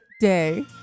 Day